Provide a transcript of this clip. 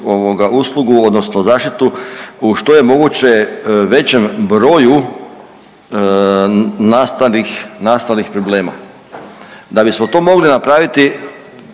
uslugu, odnosno zaštitu u što je moguće većem broju nastalih problema. Da bismo to mogli napraviti,